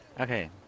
Okay